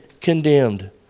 condemned